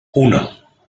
uno